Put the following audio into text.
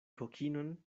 kokinon